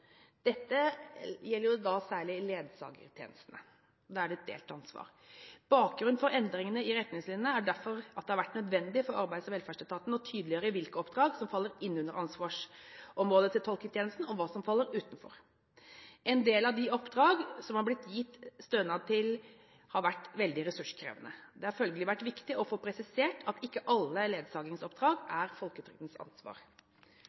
Dette gjelder særlig ledsagertjenestene, der det er delt ansvar. Bakgrunnen for endringene i retningslinjene er at det derfor har vært nødvendig for Arbeids- og velferdsetaten å tydeliggjøre hvilke oppdrag som faller inn under ansvarsområdet til tolketjenesten, og hva som faller utenfor. En del av oppdragene som det har blitt gitt stønad til, har vært veldig ressurskrevende. Det har følgelig vært viktig å få presisert at ikke alle ledsagingsoppdrag er folketrygdens ansvar.